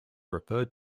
referred